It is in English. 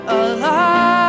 alive